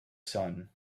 sun